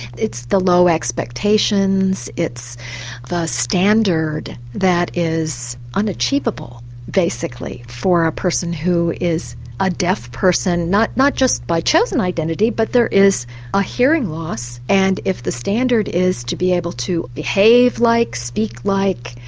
it's the low expectations, it's the standard that is unachievable basically for a person who is a deaf person, not not just by chosen identity but there is a hearing loss and if the standard is to be able to behave like, speak like,